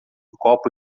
copo